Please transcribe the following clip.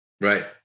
Right